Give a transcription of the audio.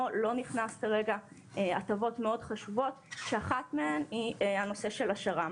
לא נכנס כרגע הטבות מאוד חשובות שאחת מהן היא הנושא של השר"מ.